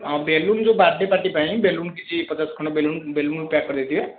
ହଁ ବେଲୁନ ଯେଉଁ birthday party ପାଇଁ ବେଲୁନ କିଛି ପଚାଶ ଖଣ୍ଡ ବେଲୁନ ବେଲୁନ ପ୍ୟାକ କରିଦେଇଥିବେ